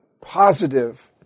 positive